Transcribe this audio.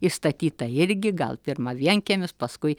išstatyta irgi gal pirma vienkiemis paskui